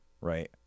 right